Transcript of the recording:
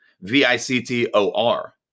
V-I-C-T-O-R